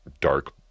dark